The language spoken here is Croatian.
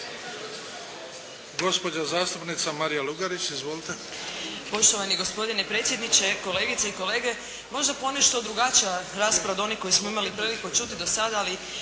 Gospođa zastupnica Marija Lugarić. Izvolite.